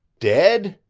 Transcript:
dead?